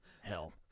Hell